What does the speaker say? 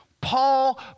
Paul